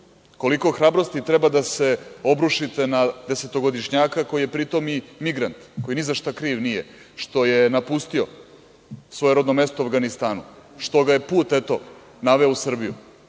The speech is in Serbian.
Koliko hrabrosti treba da se obrušite na desetogodišnjaka koji je pri tom i migrant, koji ni za šta kriv nije, što je napustio svoje rodno mesto u Avganistanu, što ga je put, eto, naveo u Srbiju? Koliko